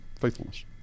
Faithfulness